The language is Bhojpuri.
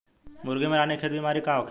मुर्गी में रानीखेत बिमारी का होखेला?